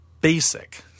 basic –